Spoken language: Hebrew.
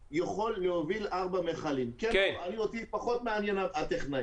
להוביל, באיזה תנאים.